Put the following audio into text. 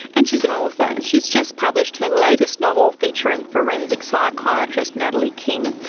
and she is an author, and she's just published her latest novel featuring forensic psychiatrist natalie king,